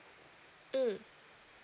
mm